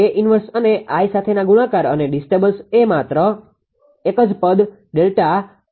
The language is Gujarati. A 1 અને સાથેનો ગુણાકાર અને ડિસ્ટર્બન્સ એ માત્ર એક જ પદ Δ𝑃𝐿 છે